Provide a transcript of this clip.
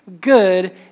good